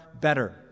better